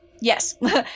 Yes